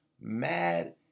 mad